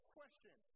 question